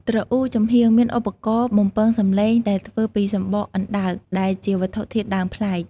ទ្រអ៊ូចំហៀងមានឧបករណ៍បំពងសំឡេងដែលធ្វើពីសំបកអណ្ដើក ដែលជាវត្ថុធាតុដើមប្លែក។